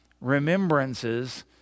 remembrances